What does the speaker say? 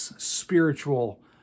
spiritual